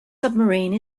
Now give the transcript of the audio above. submarine